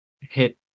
hit